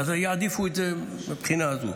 אז יעדיפו את זה מהבחינה הזו.